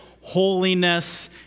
holiness